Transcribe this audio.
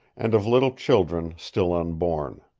and of little children still unborn.